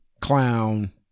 clown